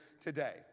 today